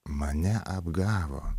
mane apgavo